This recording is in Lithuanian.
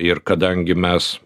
ir kadangi mes